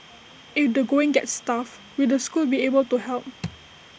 if the going gets tough will the school be able to help